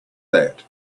that